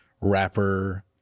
rapper